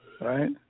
right